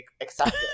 accepted